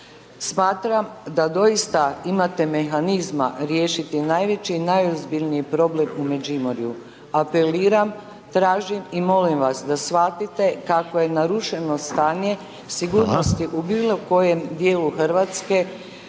Smatram da doista imate mehanizma riješiti najveći i najozbiljniji problem u Međimurju. Apeliram, tražim i molim vas da shvatite kako je narušeno stanje sigurnosti…/Upadica: Hvala/…u